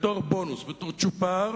בתור בונוס, בתור צ'ופר,